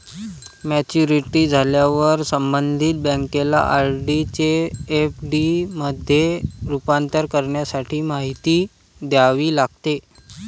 maturity झाल्यावर संबंधित बँकेला आर.डी चे एफ.डी मध्ये रूपांतर करण्यासाठी माहिती द्यावी लागते